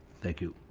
thank you.